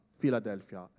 Philadelphia